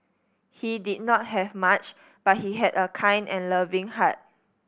he did not have much but he had a kind and loving heart